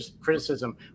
criticism